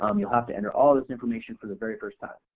um you'll have to enter all this information for the very first time.